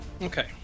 Okay